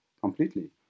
completely